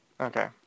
Okay